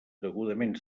degudament